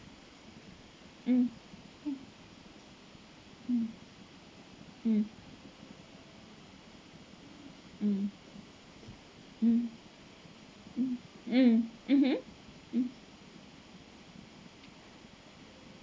mm mm mm mm mm mm mm mm mmhmm mm